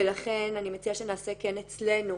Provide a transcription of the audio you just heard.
ולכן אני מציעה שנעשה כן אצלנו,